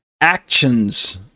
actions